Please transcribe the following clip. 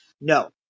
No